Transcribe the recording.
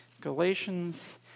Galatians